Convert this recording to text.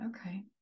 Okay